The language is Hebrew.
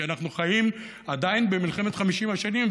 כי אנחנו חיים עדיין במלחמת 50 השנים.